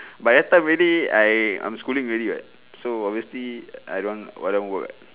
by that time already I I'm schooling already [what] so obviously I don't want don't want work